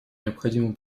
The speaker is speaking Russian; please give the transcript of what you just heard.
необходимо